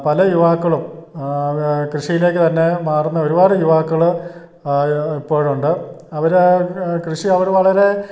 പല യുവാക്കളും കൃഷിയിലേക്ക് തന്നെ മാറുന്ന ഒരുപാട് യുവാക്കൾ ഇപ്പോഴുണ്ട് അവർ കൃഷി അവർ വളരെ